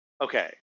Okay